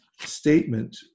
statement